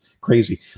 crazy